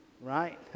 right